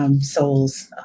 souls